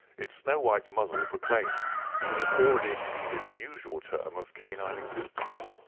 its snow-white muzzle proclaimed that it had already exceeded the usual term of canine existence.